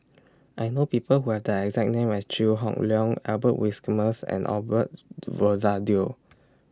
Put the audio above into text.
I know People Who Have The exact name as Chew Hock Leong Albert Winsemius and Osbert Rozario